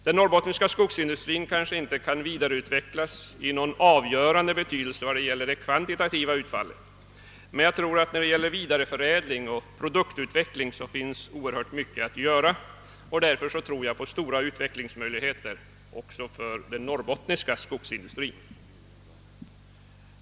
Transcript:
Den norrbottniska skogsindustrin kanske inte kan vidareutvecklas i någon avgörande omfattning vad gäller det kvantitativa utfallet, men när det gäller vidareförädling och produktutveckling finns synnerligen mycket att göra, och därför tror jag på stora utvecklingsmöjligheter också för den norrbottniska skogsindustrin.